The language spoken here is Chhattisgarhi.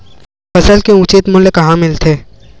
फसल के उचित मूल्य कहां मिलथे?